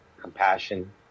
compassion